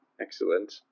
excellent